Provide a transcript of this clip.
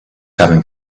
having